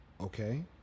Okay